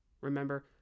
Remember